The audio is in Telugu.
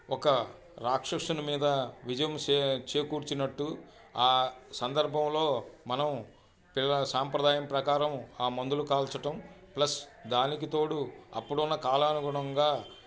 ఒక రాక్షసుని మీద విజయం సే చేకూర్చినట్టు ఆ సందర్భంలో మనం పిల్ల సాంప్రదాయం ప్రకారం ఆ మందులు కాల్చటం ప్లస్ దానికి తోడు అప్పుడున్న కాలానుగుణంగా